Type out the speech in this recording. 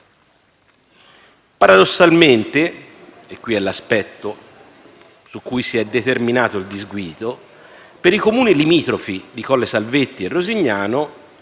Paradossalmente - questo è l'aspetto su cui si è determinato il disguido - per i comuni limitrofi di Collesalvetti e Rosignano,